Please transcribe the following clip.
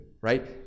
right